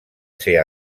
ser